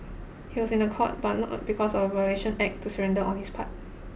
he was in a court but not because of a violation act to surrender on his part